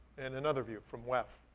and another view from wef.